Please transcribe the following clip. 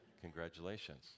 Congratulations